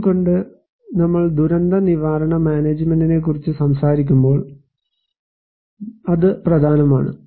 എന്തുകൊണ്ട് നമ്മൾ ദുരന്ത നിവാരണ മാനേജ്മെന്റിനെക്കുറിച്ച് സംസാരിക്കുമ്പോൾ അത് പ്രധാനമാണ്